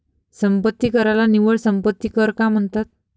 संपत्ती कराला निव्वळ संपत्ती कर का म्हणतात?